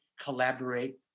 collaborate